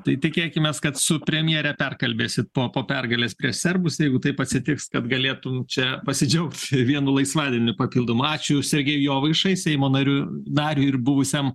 tai tikėkimės kad su premjere perkalbėsit po po pergalės prieš serbus jeigu taip atsitiks kad galėtum čia pasidžiaugti vienu laisvadieniu papildomu ačiū sergejui jovaišai seimo nariu nariui ir buvusiam